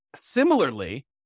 Similarly